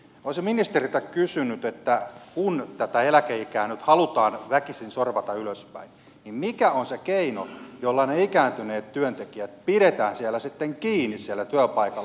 olisin ministeriltä kysynyt että kun tätä eläkeikää nyt halutaan väkisin sorvata ylöspäin niin mikä on se keino jolla ne ikääntyneet työntekijät pidetään sitten kiinni siellä työpaikalla